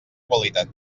qualitat